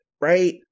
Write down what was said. right